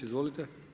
Izvolite.